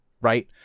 right